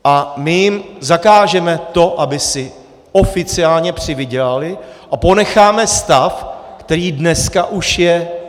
A my jim zakážeme to, aby si oficiálně přivydělali, a ponecháme stav, který dneska už je.